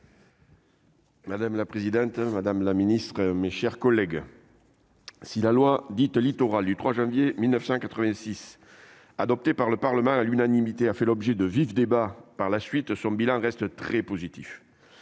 Madame la présidente, madame la secrétaire d'État, mes chers collègues, si la loi Littoral du 3 janvier 1986, adoptée par le Parlement à l'unanimité, a fait l'objet de vifs débats par la suite, son bilan reste très positif.